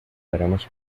haremos